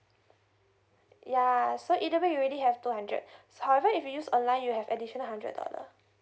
yeah so either way you'll already have two hundred however if you use online you have additional hundred dollar